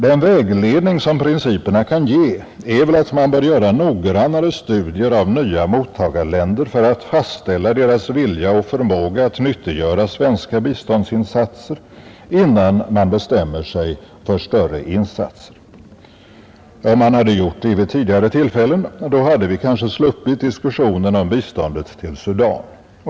Den vägledning principerna kan ge är väl att man bör göra noggrannare studier av nya mottagarländer för att fastställa deras vilja och förmåga att nyttiggöra svenska biståndsinsatser, innan man bestämmer sig för större insatser. Om man hade gjort det vid tidigare tillfällen, hade vi kanske sluppit diskussionen om biståndet till Sudan.